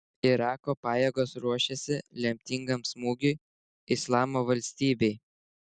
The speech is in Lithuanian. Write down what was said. irako pajėgos ruošiasi lemtingam smūgiui islamo valstybei